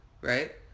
Right